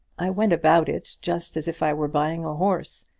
i went about it just as if i were buying a horse,